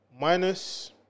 Minus